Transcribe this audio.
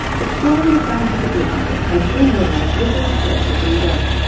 exploring the scientific literature, i soon realised little research had been done.